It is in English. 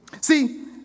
See